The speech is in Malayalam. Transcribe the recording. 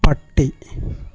പട്ടി